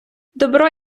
добро